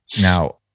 Now